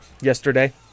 yesterday